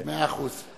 מאה אחוז.